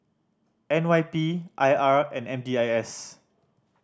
N Y P I R and M D I S